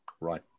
right